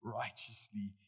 righteously